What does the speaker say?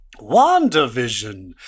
WandaVision